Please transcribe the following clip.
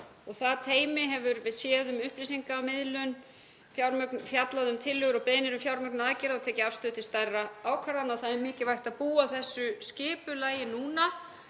Það teymi hefur séð um upplýsingamiðlun, fjallað um tillögur og beiðnir um fjármögnun aðgerða og tekið afstöðu til stærra ákvarðana. Það er mikilvægt að búa að þessu skipulagi núna.